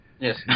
Yes